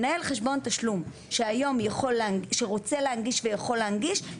מנהל חשבון תשלום שהיום רוצה להנגיש ויכול להנגיש,